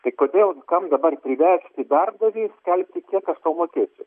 tai kodėl kam dabar priversti darbdavį skelbti kiek aš tau mokėsiu